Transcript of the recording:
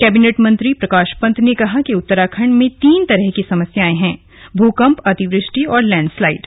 cabinet मंत्री प्रकाश पंत ने कहा कि उत्तराखंड में तीन तरह की समस्याएं है भूकंप अतिवृष्टि और लैंडस्लाइड